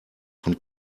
von